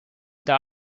there